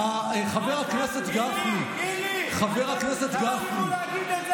חבר הכנסת גפני, חבר הכנסת גפני,